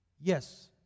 Yes